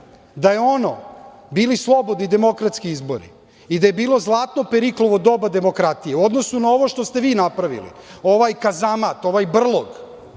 da su ono bili slobodni demokratski izbori i da je bilo zlatno Periklovo doba demokratije, u odnosu na ovo što ste vi napravili, ovaj kazamat, ovaj brlog,